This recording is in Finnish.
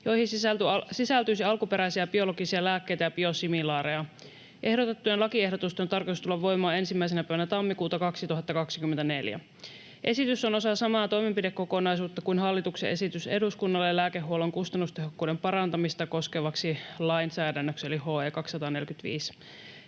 joihin sisältyisi alkuperäisiä biologisia lääkkeitä ja biosimilaareja. Ehdotettujen lakimuutosehdotusten on tarkoitus tulla voimaan 1. tammikuuta 2024. Esitys on osa samaa toimenpidekokonaisuutta kuin hallituksen esitys eduskunnalle lääkehuollon kustannustehokkuuden parantamista koskevaksi lainsäädännöksi eli HE 245.